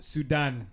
Sudan